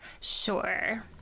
Sure